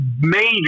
major